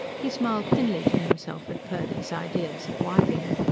he smiled thinly to himself at purdy's ideas of wiving.